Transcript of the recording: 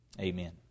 amen